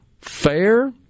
fair